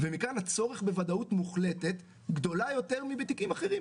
ומכאן הצורך בוודאות מוחלטת גדולה יותר מבתיקים אחרים.